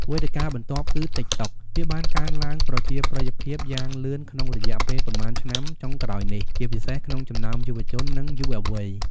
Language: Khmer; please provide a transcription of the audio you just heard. វេទិកាបន្ទាប់គឺ ទីកតុក វាបានកើនឡើងប្រជាប្រិយភាពយ៉ាងលឿនក្នុងរយៈពេលប៉ុន្មានឆ្នាំចុងក្រោយនេះ ជាពិសេសក្នុងចំណោមយុវជន និងយុវវ័យ។